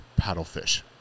paddlefish